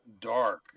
dark